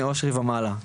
מאושרי ומעלה,